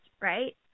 Right